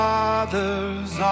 Father's